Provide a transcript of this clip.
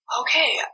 okay